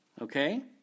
okay